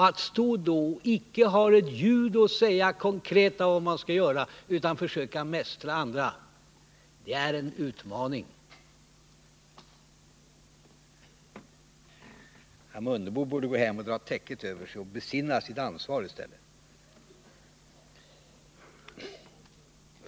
Att då stå här och icke ha ett ljud att säga om vad man konkret skall göra utan bara mästra andra är en utmaning. Herr Mundebo borde gå hem och dra täcket över sig och besinna sitt ansvar i stället.